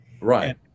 Right